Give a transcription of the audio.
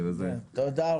תודה רבה.